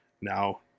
now